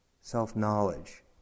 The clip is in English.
Self-knowledge